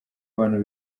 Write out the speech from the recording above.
abantu